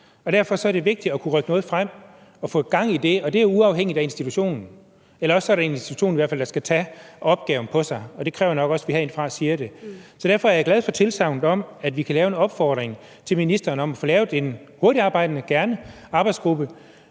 Derfor er det vigtigt at kunne rykke noget frem og få gang i det. Det er uafhængigt af institutionen, eller også er der i hvert fald en institution, der skal tage opgaven på sig, og det kræver nok også, at vi siger det herindefra. Så derfor er jeg glad for tilsagnet om, at vi kan give en opfordring til ministeren om at få lavet en – gerne hurtigarbejdende – arbejdsgruppe,